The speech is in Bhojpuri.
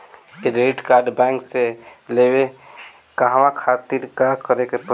क्रेडिट कार्ड बैंक से लेवे कहवा खातिर का करे के पड़ी?